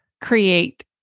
create